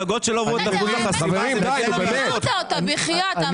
חוזר על עצמך.